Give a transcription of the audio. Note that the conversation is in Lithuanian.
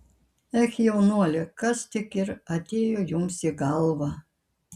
ech jaunuoli kas tik ir atėjo jums į galvą